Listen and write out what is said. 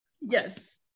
yes